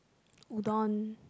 Udon